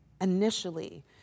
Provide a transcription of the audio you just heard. initially